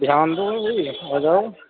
دھیان دو آجاؤ